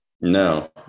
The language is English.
No